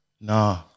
Nah